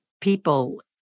people